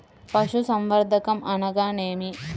పశుసంవర్ధకం అనగానేమి?